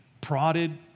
prodded